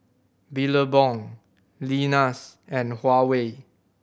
Billabong Lenas and Huawei